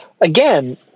again